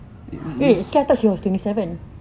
eh